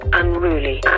unruly